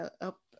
up